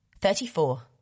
Thirty-four